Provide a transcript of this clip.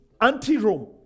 anti-Rome